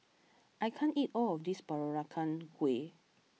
I can't eat all of this Peranakan Kueh